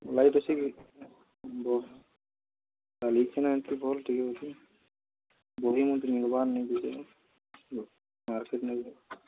light ଅଛି କି ଥିବ ଖାଲି ସିନା ଏମ୍ତି ବଲ୍ ଟିକେ ଅଛି ବହି ମୋତେ ମିଲ୍ବାର ମାର୍କେଟ୍ ନେବି